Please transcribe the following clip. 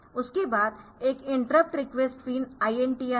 उसके बाद एक इंटरप्ट रिक्वेस्ट पिन INTR है